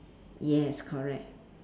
yes correct